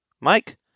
Mike